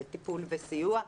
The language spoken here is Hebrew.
טיפול וסיוע,